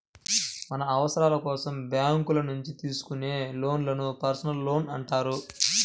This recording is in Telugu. మన అవసరాల కోసం బ్యేంకుల నుంచి తీసుకునే లోన్లను పర్సనల్ లోన్లు అంటారు